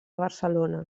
barcelona